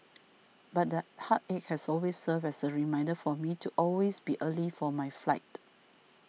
but that heartache has also served as a reminder for me to always be early for my flight